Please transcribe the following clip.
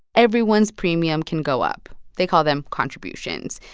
everyone's premium can go up. they call them contributions.